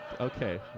Okay